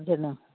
ଯିନ